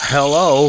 hello